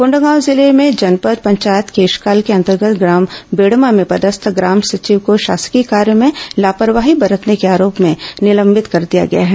कोंडागांव जिले में जनपद पंचायत केशकाल के अंतर्गत ग्राम बेड़मा में पदस्थ ग्राम सचिव को शासकीय कार्य में लापरवाही बरतने के आरोप में निलंबित कर दिया गया है